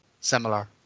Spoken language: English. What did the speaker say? similar